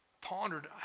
pondered